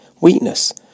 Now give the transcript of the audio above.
weakness